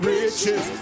riches